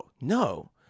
no